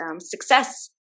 success